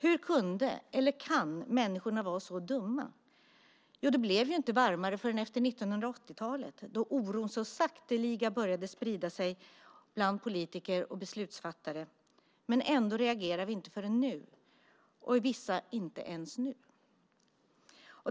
Hur kunde, och kan, människorna vara så dumma? Ja, det blev ju inte varmare förrän efter 1980-talet då oron så sakteliga började spridas bland politiker och beslutsfattare. Ändå reagerar vi inte förrän nu - vissa reagerar inte ens nu.